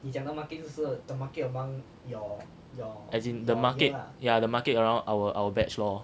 as in the market yeah the market around around our batch lor